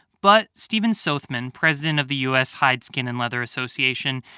but stephen sothmann, president of the u s. hide, skin and leather association,